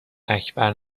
اکبر